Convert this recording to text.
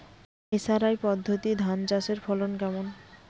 SRI পদ্ধতি ধান চাষের ফলন কেমন?